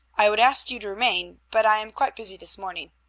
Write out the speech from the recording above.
i would ask you to remain, but i am quite busy this morning.